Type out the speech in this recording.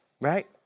Right